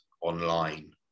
online